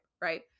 right